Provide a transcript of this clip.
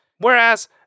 Whereas